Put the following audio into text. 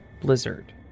Blizzard